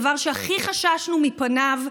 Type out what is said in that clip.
הדבר שהכי חששנו מפניו,